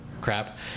crap